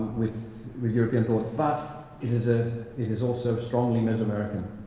with with european thought but it is ah it is also strongly mesoamerican.